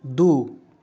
दू